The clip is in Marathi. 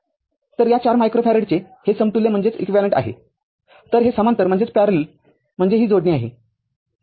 तर या ४ मायक्रोफॅरेडचे हे समतुल्य आहे तर हे समांतर म्हणजे ही जोडणी आहे